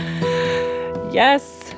Yes